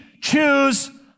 choose